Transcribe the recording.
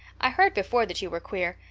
i heard before that you were queer.